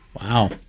wow